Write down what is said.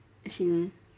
as in